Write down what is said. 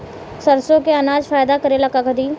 सरसो के अनाज फायदा करेला का करी?